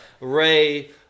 Ray